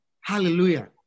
Hallelujah